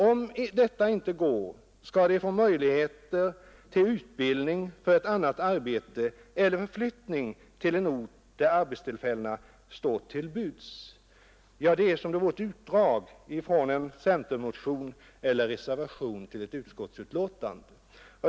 Om detta inte går skall de få möjligheter till utbildning för ett annat arbete eller förflyttning till en ort där arbetstillfällen står till buds.” Ja, det är som om det vore ett utdrag ur en centermotion eller en centerreservation till ett utskottsbetänkande.